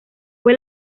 fue